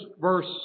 verse